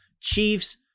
Chiefs